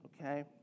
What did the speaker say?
okay